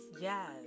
Yes